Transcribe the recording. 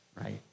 right